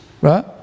Right